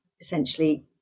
essentially